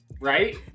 right